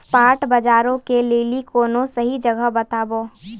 spot बजारो के लेली कोनो सही जगह बताबो